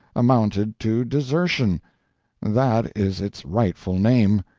amounted to desertion that is its rightful name.